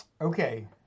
Okay